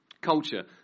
culture